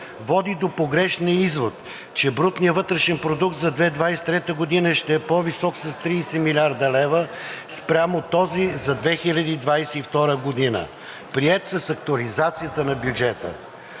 води до погрешния извод, че брутният вътрешен продукт за 2023 г. ще е по-висок с 30 млрд. лв. спрямо този за 2022 г., приет с актуализацията на бюджета.